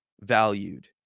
valued